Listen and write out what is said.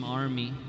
army